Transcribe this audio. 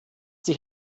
sich